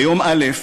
ביום א',